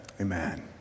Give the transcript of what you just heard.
amen